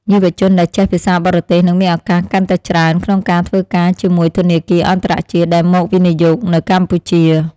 យុវជនដែលចេះភាសាបរទេសនឹងមានឱកាសកាន់តែច្រើនក្នុងការធ្វើការជាមួយធនាគារអន្តរជាតិដែលមកវិនិយោគនៅកម្ពុជា។